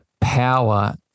power